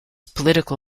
political